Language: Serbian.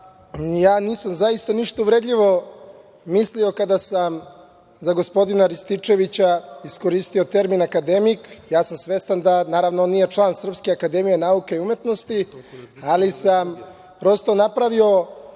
nisam zaista ništa uvredljivo mislio kada sam za gospodina Rističevića iskoristio termin akademik. Svestan sam da, naravno, nije član Srpske akademije nauka i umetnosti, ali sam prosto napravio